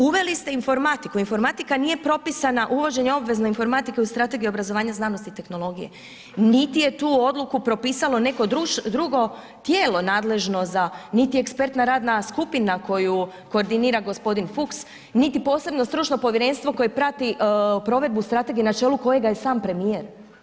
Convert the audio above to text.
Uveli ste informatiku, informatika nije propisana, uvođenje obvezne informatike u Strategiji obrazovanja, znanosti i tehnologije, niti je tu odluku propisalo neko drugo tijelo nadležno za, niti ekspertna radna skupina koju koordinira g. Fucks, niti posebno stručno povjerenstvo koje prati provedbu strategije na čelu kojega je sam premijer.